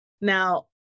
Now